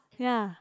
ya